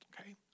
Okay